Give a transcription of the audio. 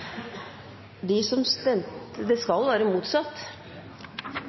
det skal være